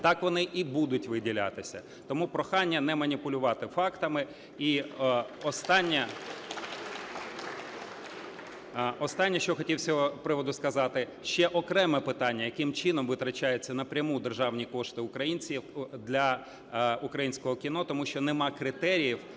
так вони і будуть виділятися. Тому прохання не маніпулювати фактами. І останнє… Останнє, що хотів з цього приводу сказати, ще окреме питання, яким чином витрачаються напряму державні кошти українців для українського кіно, тому що немає критеріїв,